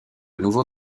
nouveau